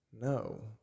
No